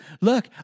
look